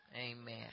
amen